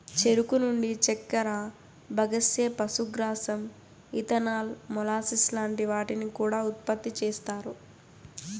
చెరుకు నుండి చక్కర, బగస్సే, పశుగ్రాసం, ఇథనాల్, మొలాసిస్ లాంటి వాటిని కూడా ఉత్పతి చేస్తారు